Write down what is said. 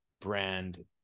brand